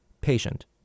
Patient